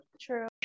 true